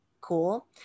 cool